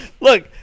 Look